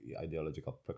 ideological